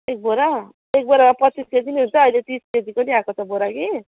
एक बोरा एक बोरा पच्चिस केजी नि हुन्छ अहिले तिस केजीको नि आएको छ बोरा कि